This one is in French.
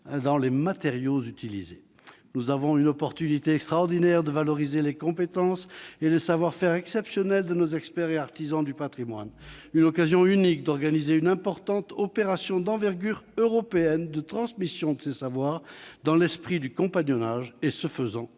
dans les matériaux utilisés. Nous avons une opportunité extraordinaire de valoriser les compétences et les savoir-faire exceptionnels de nos experts et artisans du patrimoine, une occasion unique d'organiser une opération d'envergure européenne qui permettra de transmettre ces savoir-faire, dans l'esprit du compagnonnage, et, ce faisant,